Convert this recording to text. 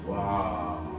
Wow